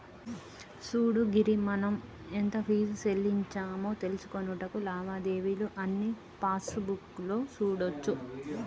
సూడు గిరి మనం ఎంత ఫీజు సెల్లించామో తెలుసుకొనుటకు లావాదేవీలు అన్నీ పాస్బుక్ లో సూడోచ్చు